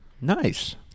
Nice